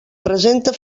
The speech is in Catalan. presenta